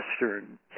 Western